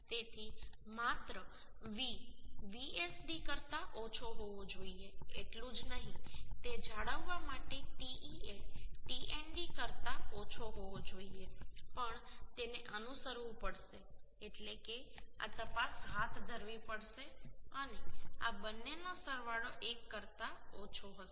તેથી માત્ર V Vsd કરતા ઓછો હોવો જોઈએ એટલું જ નહીં તે જાળવવા માટે Te એ Tnd કરતા ઓછો હોવો જોઈએ પણ તેને અનુસરવું પડશે એટલે કે આ તપાસ હાથ ધરવી પડશે અને આ બંનેનો સરવાળો 1 કરતા ઓછો હશે